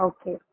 Okay